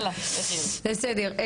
בסדר,